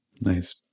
Nice